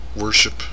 worship